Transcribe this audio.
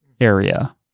area